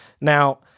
Now